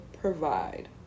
provide